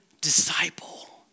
disciple